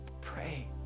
Pray